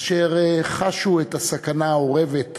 אשר חשו את הסכנה האורבת